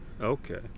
Okay